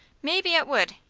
maybe it would.